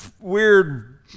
weird